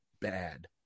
bad